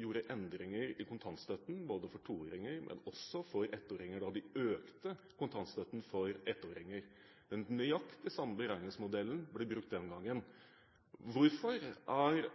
gjorde endringer i kontantstøtten for toåringer, og også for ettåringer, da de økte kontantstøtten for ettåringer. Det er nøyaktig den samme beregningsmodellen som ble brukt den gangen. Hvorfor er